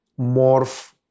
morph